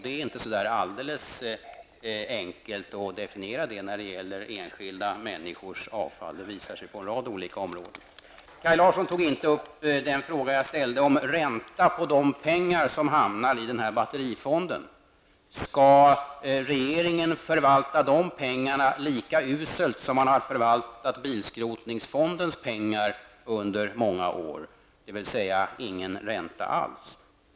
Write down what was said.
Det är inte alldeles enkelt att definiera det när det gäller enskilda människors avfall -- det visar sig på en rad olika områden. Kaj Larsson tog inte upp den fråga jag ställde om ränta på de pengar som hamnar i batterifonden. Skall regeringen förvalta de pengarna lika uselt som man har förvaltat bilskrotningsfondens pengar under många år, dvs. ingen ränta alls?